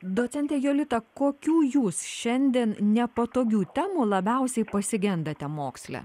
docente jolita kokių jūs šiandien nepatogių temų labiausiai pasigendate moksle